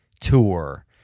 Tour